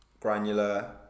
Granular